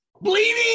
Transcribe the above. bleeding